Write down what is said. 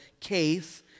case